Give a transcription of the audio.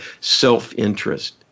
self-interest